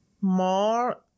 more